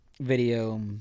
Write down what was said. video